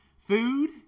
food